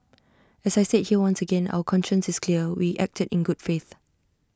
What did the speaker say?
as I said here once again our conscience is clear we acted in good faith